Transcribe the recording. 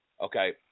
okay